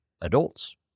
adults